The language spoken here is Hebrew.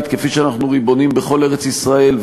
כפי שאנחנו ריבונים בכל ארץ-ישראל,